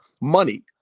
money